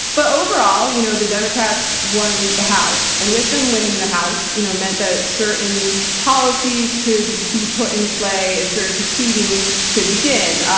but overall, you know the democrats won the house, and with them winning the house, it you know meant that certain policies could be put in play, and certain proceedings could begin,